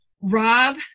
Rob